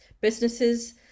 businesses